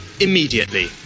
immediately